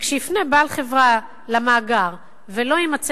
כשיפנה בעל חברה למאגר ולא תימצא